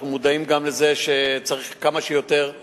אנחנו מודעים גם לזה שצריך כמה שיותר,